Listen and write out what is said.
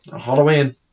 Halloween